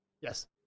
Yes